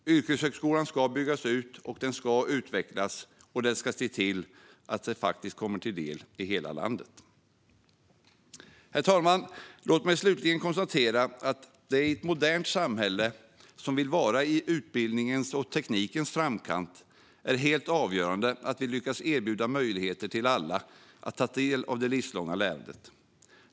Yrkeshögskolan ska byggas ut, den ska utvecklas och den ska nå ut till hela landet. Herr talman! Låt mig slutligen konstatera att det i ett modernt samhälle som vill vara i utbildningens och teknikens framkant är helt avgörande att vi lyckas erbjuda möjligheter till alla att ta del av det livslånga lärandet.